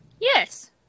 Yes